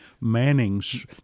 Manning's